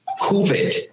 COVID